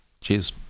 Cheers